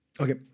Okay